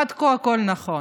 עד כה הכול נכון,